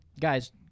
Guys